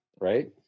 Right